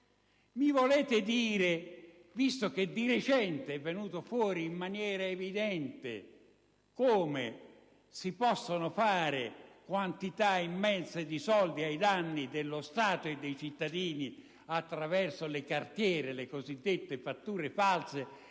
Mi volete dire, visto che di recente è venuto fuori in maniera evidente, come si possono fare quantità immense di soldi ai danni dello Stato e dei cittadini attraverso le cartiere, le cosiddette fatture false,